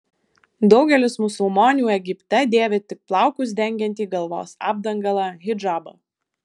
daugelis musulmonių egipte dėvi tik plaukus dengiantį galvos apdangalą hidžabą